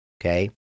Okay